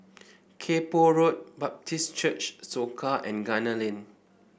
Kay Poh Road Baptist Church Soka and Gunner Lane